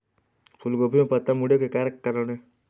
फूलगोभी म पत्ता मुड़े के का कारण ये?